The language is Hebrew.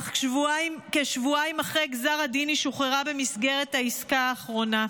אך כשבועיים אחרי גזר הדין היא שוחררה במסגרת העסקה האחרונה.